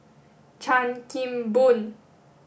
Chan Kim Boon